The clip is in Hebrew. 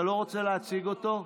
אתה לא רוצה להציג אותו?